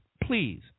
please